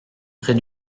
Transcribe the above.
près